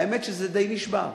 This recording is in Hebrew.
האמת שדי נשבר.